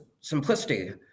simplicity